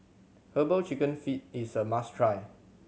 Herbal Chicken Feet is a must try